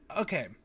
Okay